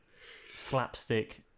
slapstick